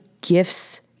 gifts